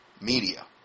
media